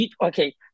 okay